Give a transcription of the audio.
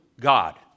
God